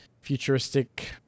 futuristic